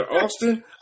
Austin